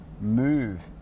move